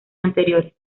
anteriores